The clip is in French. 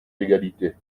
d’égalité